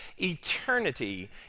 eternity